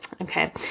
Okay